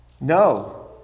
No